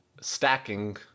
stacking